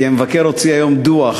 כי המבקר הוציא היום דוח